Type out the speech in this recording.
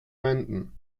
wenden